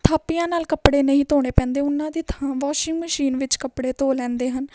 ਥਾਪੀਆਂ ਨਾਲ ਕੱਪੜੇ ਨਹੀਂ ਧੋਣੇ ਪੈਂਦੇ ਉਹਨਾਂ ਦੀ ਥਾਂ ਵਾਸ਼ਿੰਗ ਮਸ਼ੀਨ ਵਿੱਚ ਕੱਪੜੇ ਧੋ ਲੈਂਦੇ ਹਨ